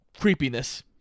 creepiness